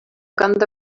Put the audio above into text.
kanda